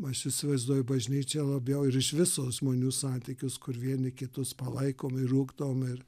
aš įsivaizduoju bažnyčią labiau ir iš viso žmonių santykius kur vieni kitus palaikom ir ugdom ir